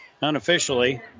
unofficially